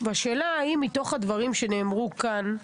והשאלה האם מתוך הדברים שנאמרו כאן,